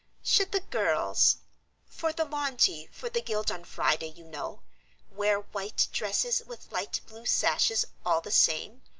should the girls for the lawn tea for the guild on friday, you know wear white dresses with light blue sashes all the same,